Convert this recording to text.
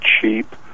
cheap